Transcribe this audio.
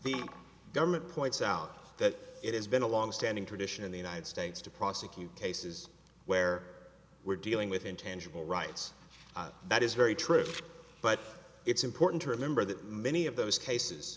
the government points out that it has been a long standing tradition in the united states to prosecute cases where we're dealing with intangible rights that is very true but it's important to remember that many of those cases